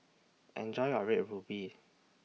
Enjoy your Red Ruby